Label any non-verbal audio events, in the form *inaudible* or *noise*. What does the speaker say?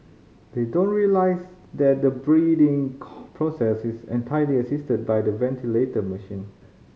they don't realise that the breathing *unintelligible* process is entirely assisted by the ventilator machine